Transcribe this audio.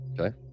Okay